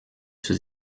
sous